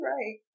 Right